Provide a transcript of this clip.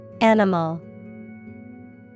Animal